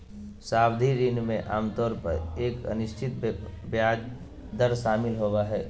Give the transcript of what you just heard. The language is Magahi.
सावधि ऋण में आमतौर पर एक अनिश्चित ब्याज दर शामिल होबो हइ